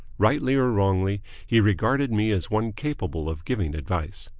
rightly or wrongly, he regarded me as one capable of giving advice.